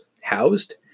housed